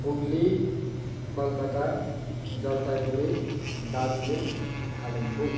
Hooghly Calcutta Jalpaiguri Darjeeling Kalimpong